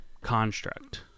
construct